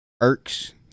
irks